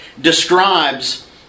describes